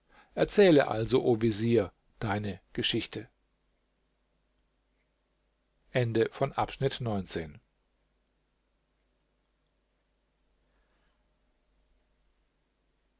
erzähle also o vezier deine geschichte